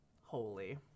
Holy